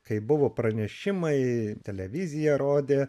kai buvo pranešimai televizija rodė